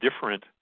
different